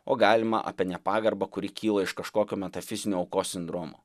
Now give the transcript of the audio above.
o galima apie nepagarbą kuri kyla iš kažkokio metafizinio aukos sindromo